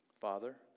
Father